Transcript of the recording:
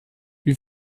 wie